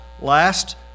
last